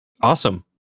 awesome